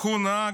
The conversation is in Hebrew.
לקחו נהג.